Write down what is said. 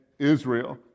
Israel